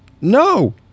No